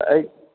तऽ अइ